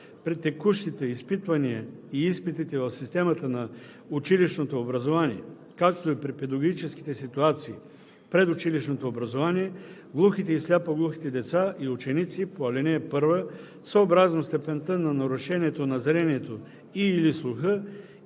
При текущите изпитвания и изпитите в системата на училищното образование, както и при педагогическите ситуации в предучилищното образование глухите и сляпо-глухите деца и ученици по ал. 1 съобразно степента на нарушението на зрението и/или слуха